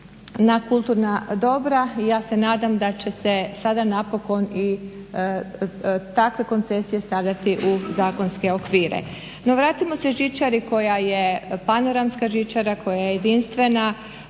na kulturna dobra i ja se nadam da će se sada napokon i takve koncesije stavljati u zakonske okvire. No, vratimo se žičari koja je panoramska žičara, koja je jedinstvena,